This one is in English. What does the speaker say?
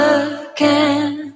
again